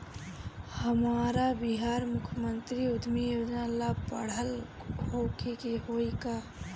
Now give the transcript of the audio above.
हमरा बिहार मुख्यमंत्री उद्यमी योजना ला पढ़ल होखे के होई का?